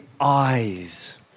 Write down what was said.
eyes